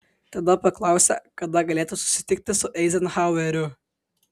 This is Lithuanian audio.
tada paklausė kada galėtų susitikti su eizenhaueriu